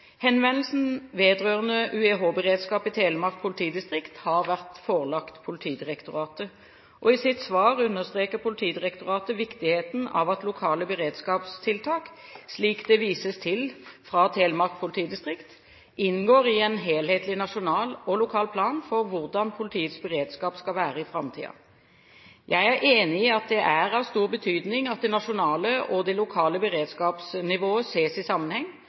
Henvendelsen vedrørende UEH-beredskap i Telemark politidistrikt har vært forelagt Politidirektoratet. I sitt svar understreker Politidirektoratet viktigheten av at lokale beredskapstiltak, slik det vises til fra Telemark politidistrikt, inngår i en helhetlig nasjonal og lokal plan for hvordan politiets beredskap skal være i framtiden. Jeg er enig i at det er av stor betydning at det nasjonale og det lokale beredskapsnivå ses i sammenheng,